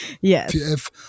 Yes